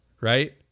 right